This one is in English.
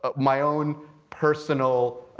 but my own personal